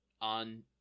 on